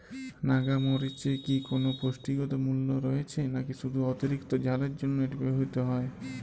নাগা মরিচে কি কোনো পুষ্টিগত মূল্য রয়েছে নাকি শুধু অতিরিক্ত ঝালের জন্য এটি ব্যবহৃত হয়?